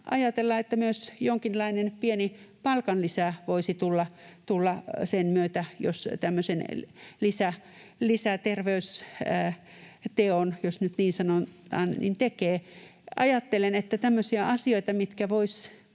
ajatella, että myös jonkinlainen pieni palkanlisä voisi tulla sen myötä, jos tämmöisen lisäterveysteon, jos nyt niin sanon, tekee. Ajattelen, että tämmöisiä asioita, jotka voisivat